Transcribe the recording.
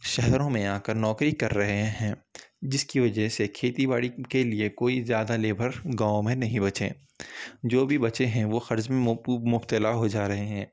شہروں میں آ کر نوکری کر رہے ہیں جس کی وجہ سے کھیتی باڑی کے لیے کوئی زیادہ لیبر گاؤں میں نہیں بچے جو بھی بچے ہیں وہ قرض میں مبتلا ہو جا رہے ہیں